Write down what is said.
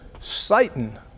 Satan